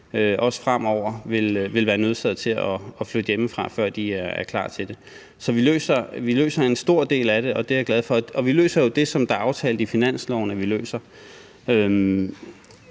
også fremover vil være nødsaget til at flytte hjemmefra, før de er klar til det. Så vi løser en stor del af det, og det er jeg glad for.